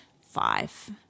five